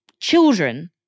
children